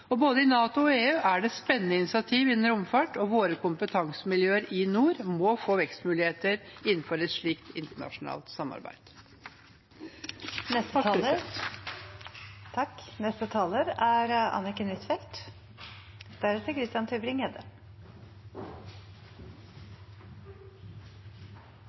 Både i NATO og i EU er det spennende initiativ innenfor romfart, og våre kompetansemiljøer i nord må få vekstmuligheter innenfor et slikt internasjonalt samarbeid. Nordområdene er Norges viktigste fredsprosjekt – ikke fordi nordområdene i dag er